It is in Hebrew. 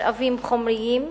משאבים חומריים,